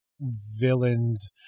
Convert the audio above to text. villains